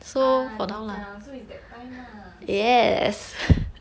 ah 你讲 so is that time lah